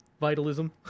Vitalism